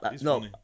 No